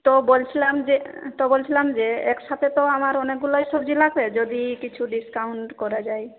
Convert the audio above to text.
তো বলছিলাম যে তো বলছিলাম যে একসাথে তো আমার অনেকগুলোই সবজি লাগবে যদি কিছু ডিসকাউন্ট করা যায়